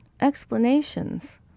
Explanations